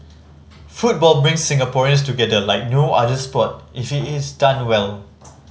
football brings Singaporeans together like no other sport if is done well